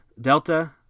Delta